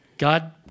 God